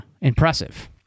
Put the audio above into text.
impressive